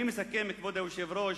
אני מסכם, כבוד היושב-ראש